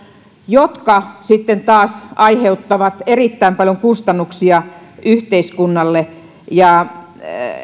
jotka sitten taas aiheuttavat erittäin paljon kustannuksia yhteiskunnalle